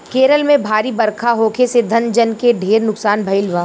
केरल में भारी बरखा होखे से धन जन के ढेर नुकसान भईल बा